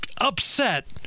upset